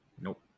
Nope